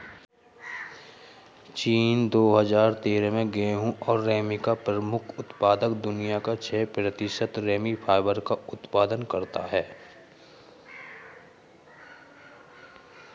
चीन, दो हजार तेरह में गेहूं और रेमी का प्रमुख उत्पादक, दुनिया के छह प्रतिशत रेमी फाइबर का उत्पादन करता है